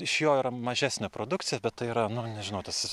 iš jo yra mažesnė produkcija bet tai yra nu nežinau tas